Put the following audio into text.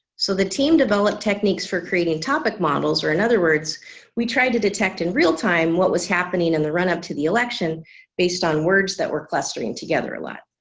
so the team developed techniques for creating topic models or in other words we tried to detect in real-time what was happening in the run-up to the election based on words that were clustering together a lot.